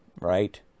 Right